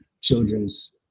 children's